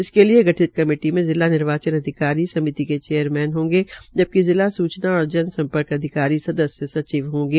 इसके लिए गठित कमेटी में जिला निर्वाचन अधिकारी समिति के चेयरमैन होंगे जबकि जिला सूचना एवं जन सम्पर्क अधिकारी सदस्य सचिव होंगे